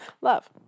Love